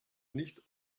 nicht